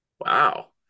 Wow